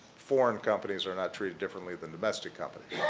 foreign companies are not treated differently than domestic companies.